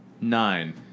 nine